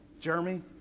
Jeremy